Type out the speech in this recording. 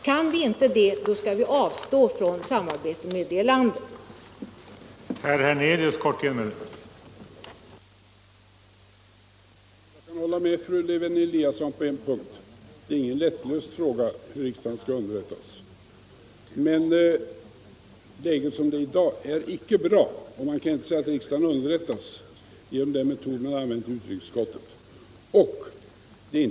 Kan vi inte det, skall vi avstå från ett samarbete med landet i fråga.